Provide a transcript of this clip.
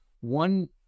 one